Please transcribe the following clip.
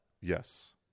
Yes